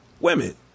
women